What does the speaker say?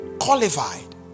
qualified